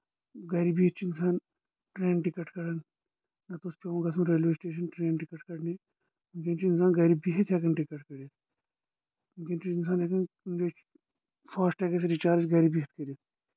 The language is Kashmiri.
گرِ بہِتھ چھُ اِنسان ٹرین ٹِکٹ کَڑان نَتہٕ اوس پیٚوان ریٚلوے سِٹیٚشن ٹرین ٹِکٹ کَڑنہِ وٕنکیٚن چھُ اِنسان گرِ بِہتھ ہٮ۪کان ٹِکٹ کٔڑتھ وٕنٛکیٚس چھُ ہٮ۪کان اِنسان کُنہِ جایہِ چھُ فاسٹیٚگس رِچارج گرِ بِہتھ کٔرِتھ